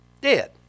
Dead